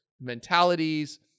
mentalities